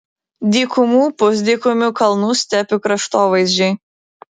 dykumų pusdykumių kalnų stepių kraštovaizdžiai